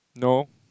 no